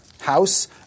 house